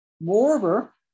Moreover